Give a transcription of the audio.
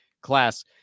class